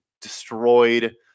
destroyed